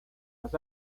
las